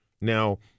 Now –